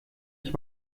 ich